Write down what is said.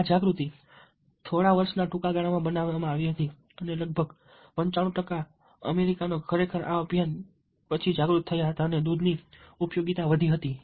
આ જાગૃતિ થોડા વર્ષોના ટૂંકા ગાળામાં બનાવવામાં આવી હતી અને લગભગ 95 ટકા અમેરિકનો ખરેખર આ અભિયાન પછી જાગૃત થયા હતા અને દૂધ ની ઉપયોગીતા વધી હતી